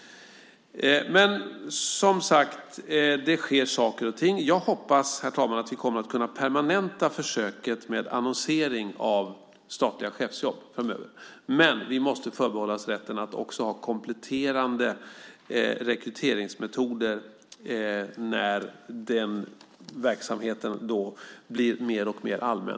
Men, som sagt, det sker saker och ting. Jag hoppas att vi kommer att kunna permanenta försöket med annonsering av statliga chefsjobb framöver. Men vi måste förbehålla oss rätten att också ha kompletterande rekryteringsmetoder när den verksamheten blir mer och mer allmän.